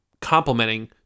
complementing